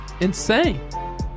Insane